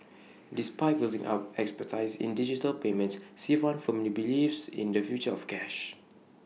despite building up expertise in digital payments Sivan firmly believes in the future of cash